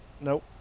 Nope